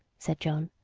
said john.